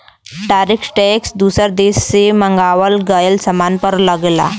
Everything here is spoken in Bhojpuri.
टैरिफ टैक्स दूसर देश से मंगावल गयल सामान पर लगला